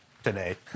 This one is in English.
Today